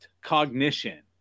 cognition